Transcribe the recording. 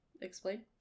Explain